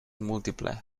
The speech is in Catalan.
múltiple